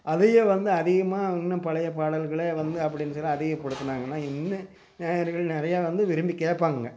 அதையே வந்து அதிகமாக இன்னும் பழையப் பாடல்களே வந்து அப்படின் சொல்லி அதிகப்படுத்துனாங்கன்னால் இன்னும் நேயர்கள் நிறையா வந்து விரும்பிக் கேட்பாங்கங்க